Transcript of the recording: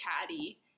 chatty